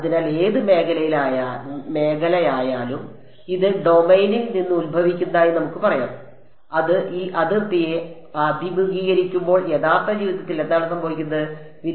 അതിനാൽ ഏത് മേഖലയായാലും ഈ ഡൊമെയ്നിൽ നിന്ന് ഉത്ഭവിക്കുന്നതായി നമുക്ക് പറയാം അത് ഈ അതിർത്തിയെ അഭിമുഖീകരിക്കുമ്പോൾ യഥാർത്ഥ ജീവിതത്തിൽ എന്താണ് സംഭവിക്കേണ്ടത്